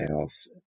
else